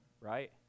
right